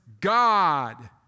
God